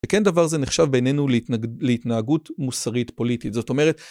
וכן דבר זה נחשב בינינו להתנהגות מוסרית-פוליטית, זאת אומרת...